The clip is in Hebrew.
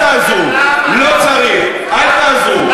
אל תעזרו, לא צריך, אל תעזרו.